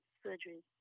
surgery